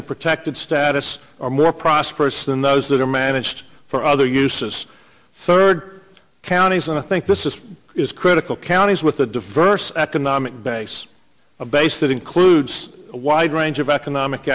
and protected status are more prosperous than those that are managed for other uses third counties and i think this is critical counties with a diverse economic base a base that includes a wide range of economic